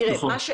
תראה,